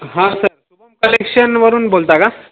हा सर शुभम कलेक्शनवरून बोलता का